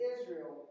Israel